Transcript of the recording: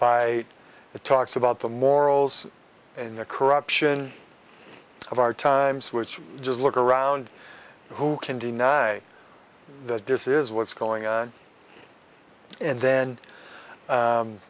by it talks about the morals in the corruption of our times which just look around who can deny that this is what's going on and then